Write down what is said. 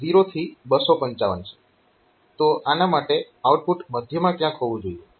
તો આના માટે આઉટપુટ મધ્યમાં ક્યાંક હોવું જોઈએ